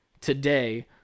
today